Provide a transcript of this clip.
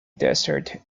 desert